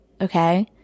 okay